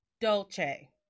Dolce